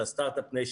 של ה-startup nation,